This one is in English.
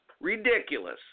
ridiculous